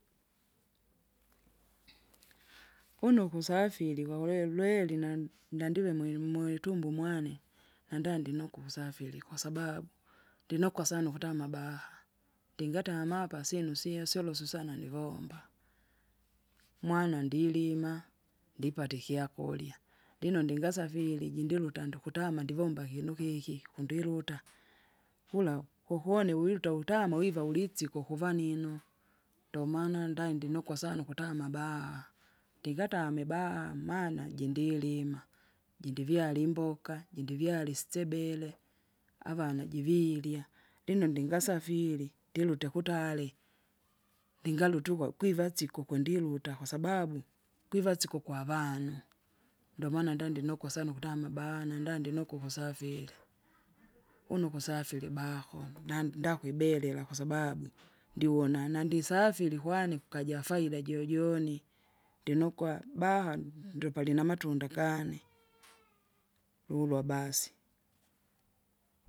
une ukusafiri waule lweri na- nandive mwi- mwitumbo umwane, nandandino kusafiri kwasababu, ndinokwa sana ukuta amabaha, ndingatama apa syinu sio- syoloso sana nivomba, mwana ndilima, ndipate ikyakura, lino ndingasafiri jindiluta ndukutama ndivomba ihinukeki kundiluta, kula kwokone wiruta wutama wiva ulitsiko kuvanino, ndomaana nda- ndinukwa sana ukutama abaha, ndigatame baha maana jindilima, jindivyale imboka, jindivyale itsebele, avana jivirya. Lino ndingasafiri, ndilute kutare, ndingarutukwa kuiva siko kundiluta kwasababu, kwiva siko kwavanu, ndomana ndandinokwa sana ukutama baana ndandinokwa ukusafiri. Une ukusafiri baho na- ndakwibelela kwasabau, ndiwona nandisafiri kwani ukajafaida jojoni, ndinokwa baha ndo palinamatunda kane, lulo abasi.